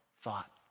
thought